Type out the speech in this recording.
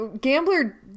Gambler